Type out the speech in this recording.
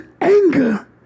anger